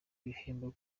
ibihembo